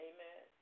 Amen